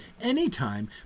Anytime